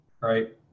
Right